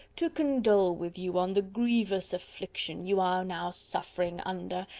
to condole with you on the grievous affliction you are now suffering under,